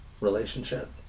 relationship